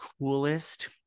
coolest